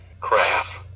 craft